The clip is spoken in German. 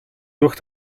durch